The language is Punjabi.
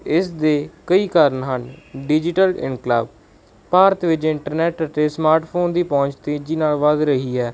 ਇਸ ਦੀ ਕਈ ਕਾਰਨ ਹਨ ਡਿਜੀਟਲ ਇਨਕਲਾਬ ਭਾਰਤ ਵਿੱਚ ਇੰਟਰਨੈਟ ਅਤੇ ਸਮਾਰਟਫੋਨ ਦੀ ਪਹੁੰਚ ਤੇਜ਼ੀ ਨਾਲ ਵੱਧ ਰਹੀ ਹੈ